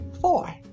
four